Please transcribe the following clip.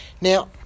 Now